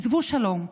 עזבו שלום,